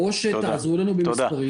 כמו שאמר אתמול ראש הממשלה,